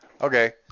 okay